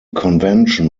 convention